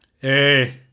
Hey